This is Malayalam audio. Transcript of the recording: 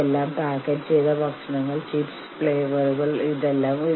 കൂട്ടായ വിലപേശൽ നമുക്ക് ഈ വാക്കിനെ രണ്ടായി തിരിക്കാം